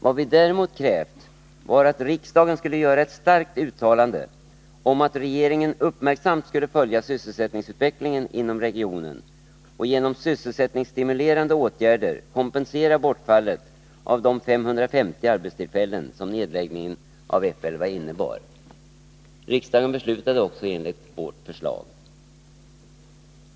Vad vi däremot krävt var att riksdagen skulle göra ett starkt uttalande om att regeringen uppmärksamt skulle följa sysselsättningsutvecklingen inom regionen och genom sysselsättningsstimulerande åtgärder kompensera bortfallet av de 550 arbetstillfällen som nedläggningen av F 11 innebar. Riksdagen beslutade också enligt vårt förslag.